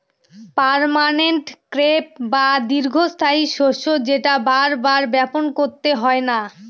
permanent crop বা দীর্ঘস্থায়ী শস্য যেটা বার বার বপন করতে হয় না